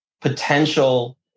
potential